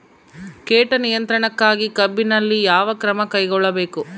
ಕೇಟ ನಿಯಂತ್ರಣಕ್ಕಾಗಿ ಕಬ್ಬಿನಲ್ಲಿ ಯಾವ ಕ್ರಮ ಕೈಗೊಳ್ಳಬೇಕು?